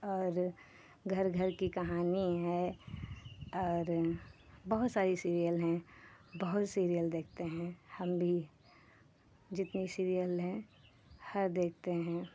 और घर घर की कहानी है और बहुत सारी सीरियल हैं बहुत सीरियल देखते हैं हम भी जितनी सीरियल है हर देखते हैं